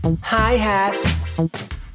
Hi-Hat